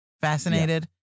fascinated